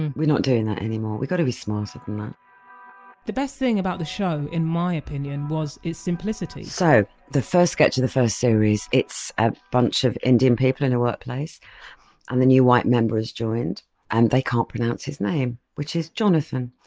and we're not doing that anymore, we've got to be smarter than that the best thing about the show, in my opinion, was it's simplicity so it was the first sketch of the first series, it's a bunch of indian people in the workplace and the new white member has joined and they can't pronounce his name which is jonathan.